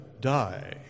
die